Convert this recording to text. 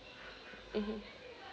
mmhmm